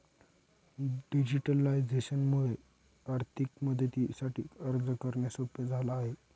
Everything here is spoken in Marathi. डिजिटलायझेशन मुळे आर्थिक मदतीसाठी अर्ज करणे सोप झाला आहे